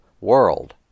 world